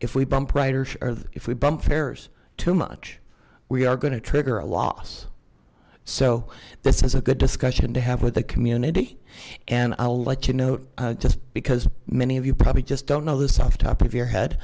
if we bump writers or if we bump fares too much we are going to trigger a lot so this is a good discussion to have with the community and i'll let you know just because many of you probably just don't know this off the top of your head